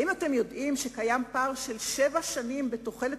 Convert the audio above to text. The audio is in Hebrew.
האם ידוע לכם שיש פער של שבע שנים בתוחלת